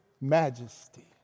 majesty